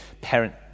Parent